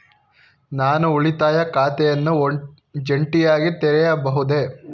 ನಾನು ಉಳಿತಾಯ ಖಾತೆಯನ್ನು ಜಂಟಿಯಾಗಿ ತೆರೆಯಬಹುದೇ?